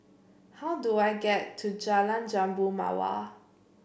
how do I get to Jalan Jambu Mawar